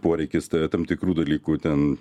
poreikis turėt tam tikrų dalykų ten